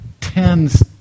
tends